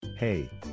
Hey